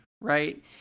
right